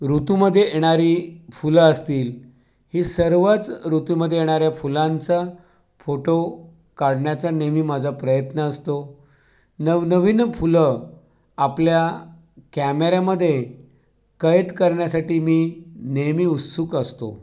ऋतुमध्ये येणारी फुलं असतील ही सर्वच ऋतुमध्ये येणाऱ्या फुलांचा फोटो काढण्याचा नेहमी माझा प्रयत्न असतो नवनवीन फुलं आपल्या कॅमेऱ्यामध्ये कैद करण्यासाठी मी नेहमी उत्सुक असतो